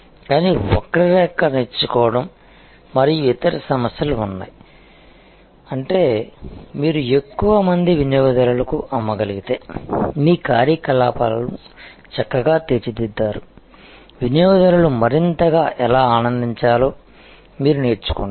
కానీ వక్రరేఖ నేర్చుకోవడం మరియు ఇతర సమస్యలు ఉన్నాయి అంటే మీరు ఎక్కువ మంది వినియోగదారులకు అమ్మ గలిగితే మీ కార్యకలాపాలను చక్కగా తీర్చిదిద్దారు వినియోగదారులు మరింత గా ఎలా ఆనందించాలో మీరు నేర్చుకుంటారు